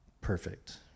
perfect